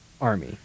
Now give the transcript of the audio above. army